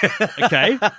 Okay